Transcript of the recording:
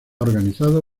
organizado